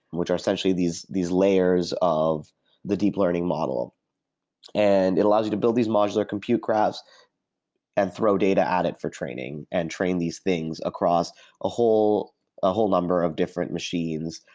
which are essentially these these layers of the deep learning model and it allows you to build these modular computer graphs and throw data at it for training and train these things across a whole ah whole number of different machines,